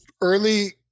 early